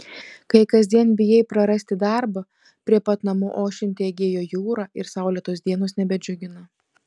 kai kasdien bijai prarasti darbą prie pat namų ošianti egėjo jūra ir saulėtos dienos nebedžiugina